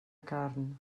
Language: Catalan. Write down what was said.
carn